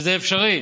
וזה אפשרי.